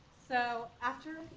so after,